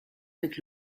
avec